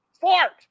fart